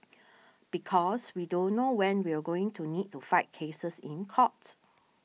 because we don't know when we're going to need to fight cases in court